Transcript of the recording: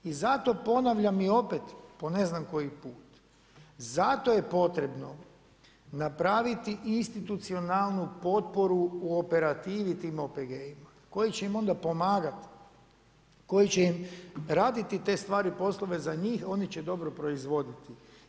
I zato ponavljam i opet po ne znam koji put, zato je potrebno napraviti institucionalnu potporu u operativi tim OPG-ima koji će im onda pomagati, koji će im raditi te stvari poslove za njih, oni će dobro proizvoditi.